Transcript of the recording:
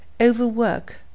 Overwork